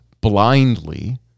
blindly